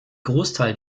großteil